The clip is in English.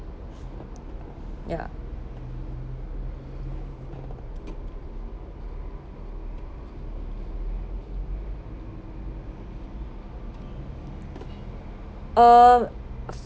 ya uh